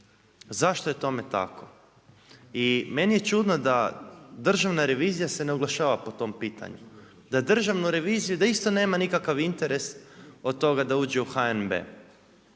Zašto je tome tako? I meni je čudno da Državna revizija se ne oglašava po tom pitanju. Da Državnu reviziju da isto nema nikakav interes od toga da uđe u HNB.